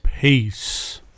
Peace